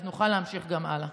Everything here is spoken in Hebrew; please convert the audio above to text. אז נוכל להמשיך גם הלאה.